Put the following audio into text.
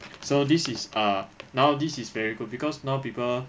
so this is ah now this is very good because now people